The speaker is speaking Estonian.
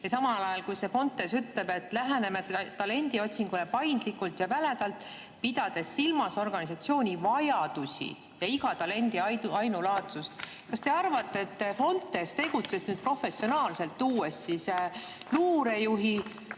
Ja samal ajal Fontes ütleb, et läheneme talendiotsingule paindlikult ja väledalt, pidades silmas organisatsiooni vajadusi ja iga talendi ainulaadsust. Kas te arvate, et Fontes tegutses professionaalselt, tuues luurejuhi